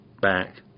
back